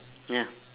ya